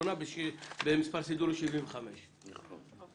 האחרונה במספר סידורי 75. בבקשה.